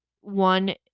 one